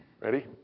Ready